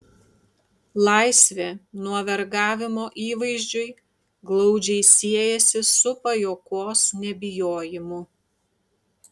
laisvė nuo vergavimo įvaizdžiui glaudžiai siejasi su pajuokos nebijojimu